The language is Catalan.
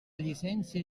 llicència